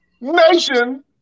nation